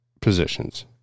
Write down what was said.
positions